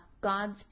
God's